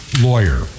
lawyer